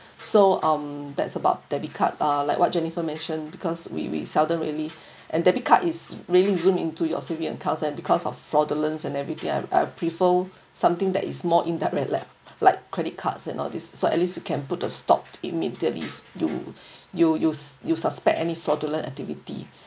so um that's about debit card ah like what jennifer mentioned because we we seldom really and debit card is really zoom into your C_P_F accounts because of fraudulent and everything I I prefer something that is more indirect like like credit cards and all these so at least you can put a stop immediately you you you you suspect any fraudulent activity